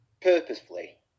purposefully